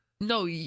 No